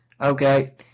Okay